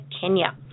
Kenya